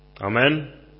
Amen